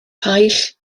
paill